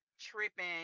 tripping